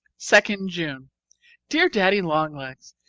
second june dear daddy-long-legs,